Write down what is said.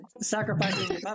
sacrificing